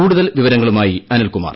കൂടുതൽ വിവരങ്ങളുമായി അനിൽകുമാർ